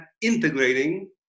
integrating